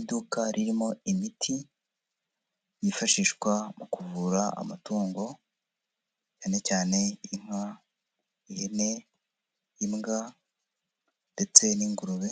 Iduka ririmo imiti yifashishwa mu kuvura amatungo, cyane cyane inka, ihene, imbwa ndetse n'ingurube